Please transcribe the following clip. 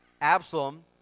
Absalom